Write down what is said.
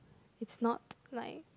is not like